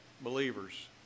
believers